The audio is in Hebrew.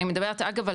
אגב,